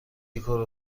کمی